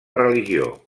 religió